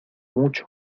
mucho